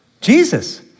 Jesus